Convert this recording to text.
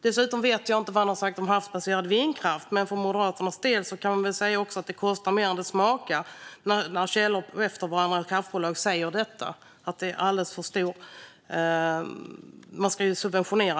Jag vet däremot inte vad han har sagt om havsbaserad vindkraft, men för Moderaterna kostar det mer än det smakar. Källor som bland annat kraftbolag säger att blir en alldeles för stor kostnad och att det krävs subventioner.